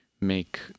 make